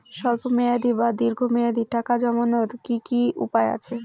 স্বল্প মেয়াদি বা দীর্ঘ মেয়াদি টাকা জমানোর কি কি উপায় আছে?